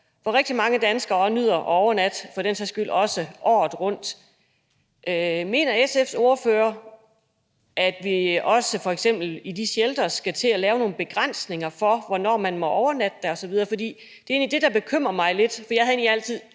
hvor rigtig mange danskere nyder at overnatte, for den sags skyld også året rundt. Mener SF's ordfører, at vi også f.eks. for de sheltere skal til at lave nogle begrænsninger for, hvornår man må overnatte der osv.? For det er egentlig det, der bekymrer mig lidt. Jeg har egentlig altid